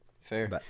Fair